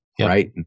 right